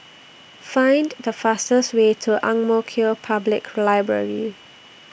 Find The fastest Way to Ang Mo Kio Public Library